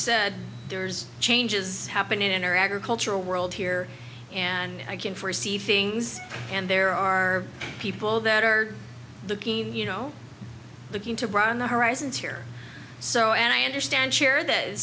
said there's changes happening in our agricultural world here and i can forsee things and there are people that are looking you know looking to run the horizons here so and i understand share that is